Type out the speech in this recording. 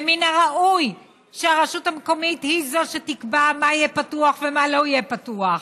ומן הראוי שהיא שתקבע מה יהיה פתוח ומה לא יהיה פתוח.